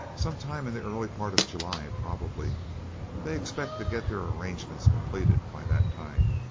some time in the early part of july, probably they expect to get their arrangements completed by that time.